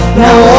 now